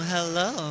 Hello